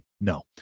no